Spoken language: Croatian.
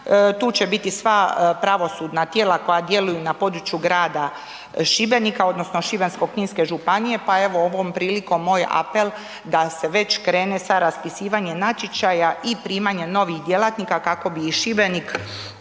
Tu će biti sva pravosudna tijela koja djeluju na području grada Šibenika odnosno Šibensko-kninske županije, pa evo ovom prilikom moj apel da se već krene sa raspisivanjem natječaja i primanjem novih djelatnika kako bi i Šibenik